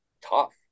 tough